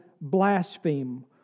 blaspheme